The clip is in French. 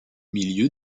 milieu